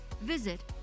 visit